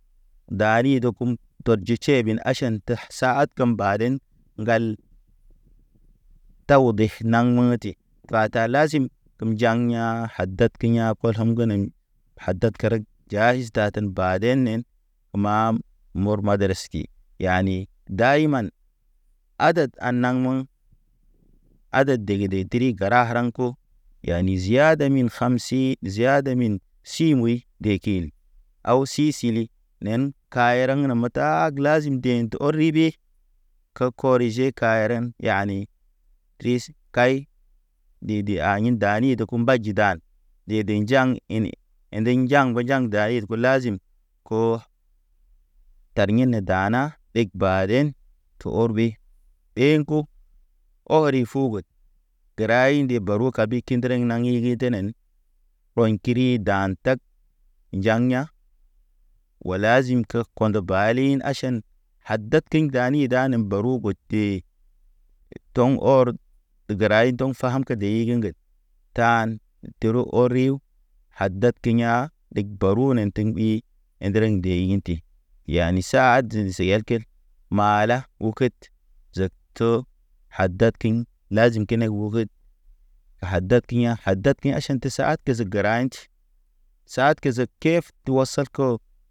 Daari ɗokum toɗje ʃeben aʃan tə sahad kəm badan gal Taw be naŋ məti bata lazim kəmjaŋ ya̰ hadad kə ya̰ po ləl gə nen hadad karag jahis taten baden nen mam mor madraski yani daiman adəd a naŋ mə adəd dəg- dəg tri garaŋ haraŋ ko yani ziada min kamsi ziadi min si muy dekin awsi sili nen kayeraŋ nə mə taage lazim gḛ tə ɔr ri be kə koriʒe kahereŋ yani tris kay di- di ayin dani də ku mbaji dan de- de njaŋ ini əndiŋ de njaŋ bənjaŋ dayin ulazim koo tar yini dana ɗeg baden to orbe. Ɗen ko ɔri fugəd, gəra indi boru kabir kəndre naŋ higi i tənən po̰yḭ kiri dan tag jaŋ ya̰ wo lawim kə kondo bali aʃan hadad kəndani danə borow gote to̰ŋ or də gəray do̰ fam gə deyig ŋgəd taan tərə ɔr yu ahad teyŋa dəg barow nə təŋ i əndrəŋ dey inti yani saadən se yelked maala u kət zəkto hadatiŋ lazi kene o ɓəd hadad kiyan hadad kiyan aʃan tə səhad gəsə gəra inti sahad kə sekef du wasal ko